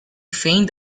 feigned